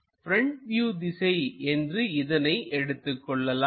front view திசை என்று இதனை எடுத்துக் கொள்ளலாம்